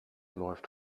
läuft